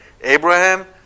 Abraham